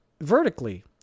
vertically